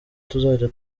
tuzajya